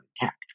attack